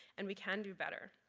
and we can do better.